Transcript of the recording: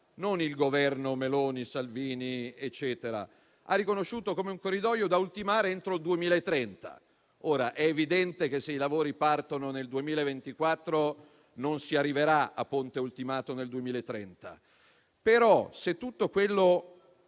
non il Governo Meloni, Salvini eccetera - ha riconosciuto come un corridoio da ultimare entro il 2030. È evidente che se i lavori partiranno nel 2024, non si arriverà a Ponte ultimato nel 2030. Però se tutto quello